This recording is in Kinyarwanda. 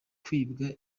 kwibwa